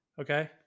Okay